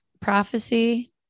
prophecy